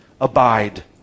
Abide